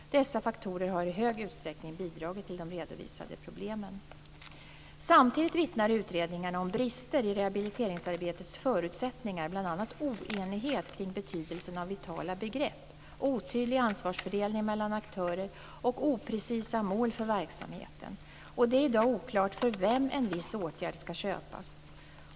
Dessa faktorer har i hög utsträckning bidragit till de redovisade problemen. Samtidigt vittnar utredningarna om brister i rehabiliteringsarbetets förutsättningar, bl.a. oenighet kring betydelsen av vitala begrepp, otydlig ansvarsfördelning mellan aktörer och oprecisa mål för verksamheten. Det är i dag oklart för vem en viss åtgärd skall köpas.